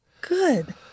Good